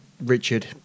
Richard